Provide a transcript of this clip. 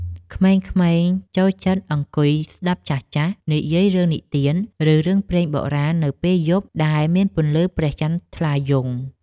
ក្មេងៗចូលចិត្តអង្គុយស្តាប់ចាស់ៗនិយាយរឿងនិទាន ឬរឿងព្រេងបុរាណនៅពេលយប់ដែលមានពន្លឺព្រះច័ន្ទថ្លាយង់។